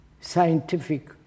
scientific